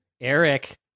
eric